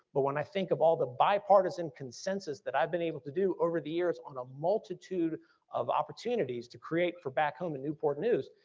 but when i think of all the bipartisan consensus that i've been able to do over the years on a multitude of opportunities to create for back home in newport news,